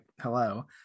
hello